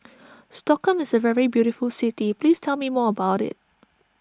Stockholm is a very beautiful city please tell me more about it